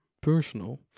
personal